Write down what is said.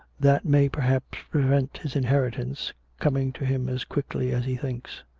that may perhaps prevent his inheritance coming to him as quickly as he thinks.